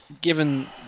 given